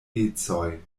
ecoj